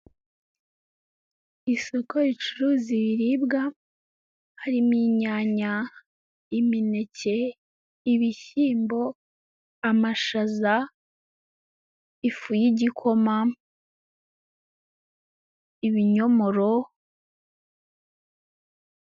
Isoko ricuruza ibiribwa harimo inyanya, imineke, ibishyimbo, amashaza, ifu y'igikoma, ibinyomoro.